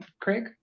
Craig